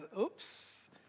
oops